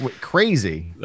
crazy